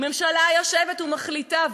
ממשלה יושבת ומחליטה,